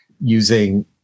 using